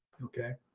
okay,